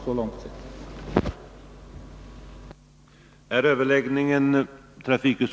Så långt är vi överens.